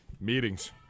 Meetings